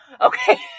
Okay